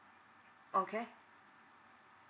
okay